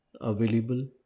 available